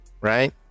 right